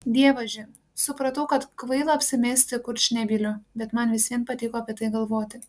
dievaži supratau kad kvaila apsimesti kurčnebyliu bet man vis vien patiko apie tai galvoti